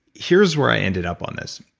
here's where i ended up on this.